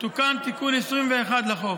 תוקן תיקון 21 לחוק.